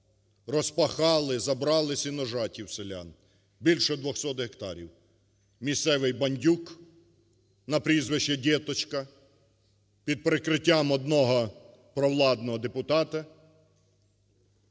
розпахали, забрали сіножаті в селян – більше 200 гектарів. Місцевий бандюг на прізвище Дєточка під прикриттям одного провладного депутата